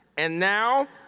and now,